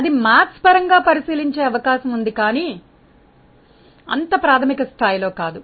అది గణితశాస్త్ర పరంగా పరిశీలించే అవకాశం ఉంది కాని అంత ప్రాథమిక స్థాయిలో కాదు